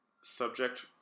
subject